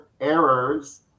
errors